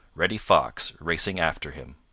reddy fox racing after him.